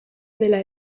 dela